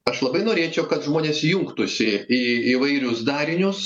aš labai norėčiau kad žmonės jungtųsi į įvairius darinius